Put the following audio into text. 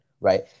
right